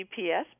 GPS